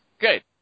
Good